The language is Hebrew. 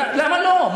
למה לא?